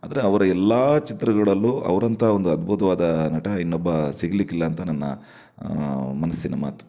ಆದರೆ ಅವರ ಎಲ್ಲ ಚಿತ್ರಗಳಲ್ಲು ಅವರಂತ ಒಂದು ಅದ್ಭುತವಾದ ನಟ ಇನ್ನೊಬ್ಬ ಸಿಗಲಿಕ್ಕಿಲ್ಲ ಅಂತ ನನ್ನ ಮನಸ್ಸಿನ ಮಾತು